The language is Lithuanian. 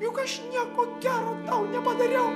juk aš nieko gero nepadariau